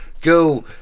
go